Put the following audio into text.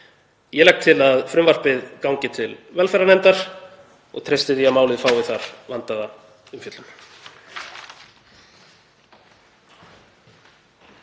Ég legg til að frumvarpið gangi til velferðarnefndar og treysti því að málið fái þar vandaða umfjöllun.